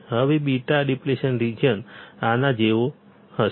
હવે beta depletion region આના જેવો હશે